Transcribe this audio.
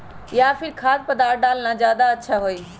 या फिर खाद्य पदार्थ डालना ज्यादा अच्छा होई?